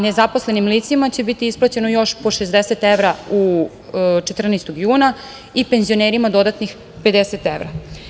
Nezaposlenim licima će biti isplaćeno još po 60 evra 14. juna i penzionerima dodatnih 50 evra.